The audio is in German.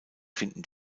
finden